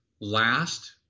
last